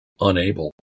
unable